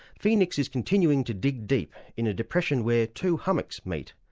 phoenix is continuing to dig deep in a depression where two hummocks meet.